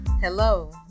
Hello